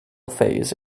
phase